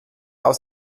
aus